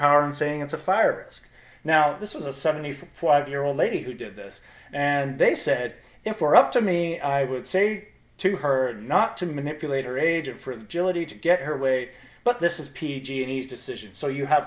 power and saying it's a fire it's now this is a seventy five year old lady who did this and they said if we're up to me i would say to her not to manipulate her agent for jodi to get her way but this is p g and e s decision so you have